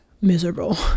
miserable